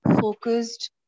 focused